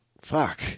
Fuck